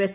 S